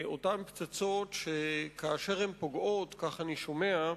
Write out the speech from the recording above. אותן פצצות שכאשר הן פוגעות, כך אני שומע,